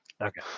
Okay